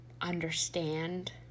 understand